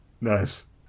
Nice